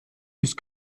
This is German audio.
ist